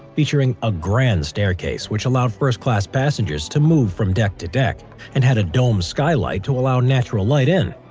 featuring a grand staircase which allowed first-class passengers to move from deck to deck and had a dome skylight to allow natural light in.